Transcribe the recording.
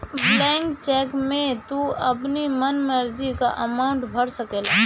blank cheque में तू अपनी मन मर्जी कअ अमाउंट भर सकेला